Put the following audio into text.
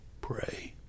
pray